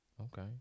Okay